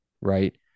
right